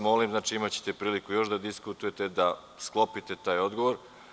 Molim vas, imaćete priliku još da diskutujete i da sklopite taj odgovor.